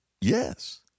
yes